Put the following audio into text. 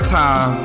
time